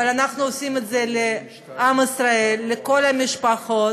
אבל אנחנו עושים את זה לעם ישראל, לכל המשפחות.